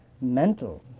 mental